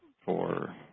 for